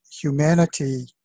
humanity